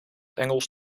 engels